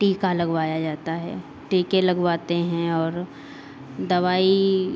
टीका लगवाया जाता है टीके लगवाते हैं और दवाई